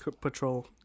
patrol